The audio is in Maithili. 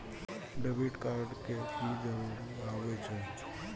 डेबिट कार्ड के की जरूर आवे छै?